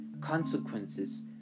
consequences